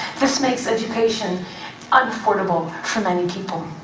this makes education unaffordable for many people.